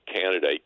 candidate